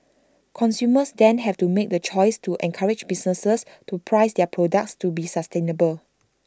consumers then have to make the choice to encourage businesses to price their products to be sustainable